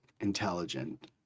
intelligent